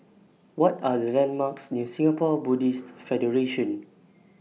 What Are The landmarks near Singapore Buddhist Federation